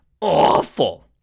awful